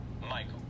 Michael